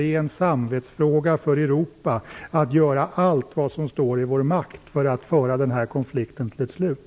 Det är en samvetsfråga för Europa att göra allt vad som står i vår makt för att föra denna konflikt till ett slut.